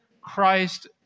Christ